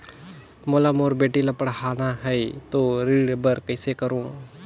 मोला मोर बेटी ला पढ़ाना है तो ऋण ले बर कइसे करो